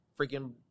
freaking